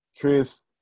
Chris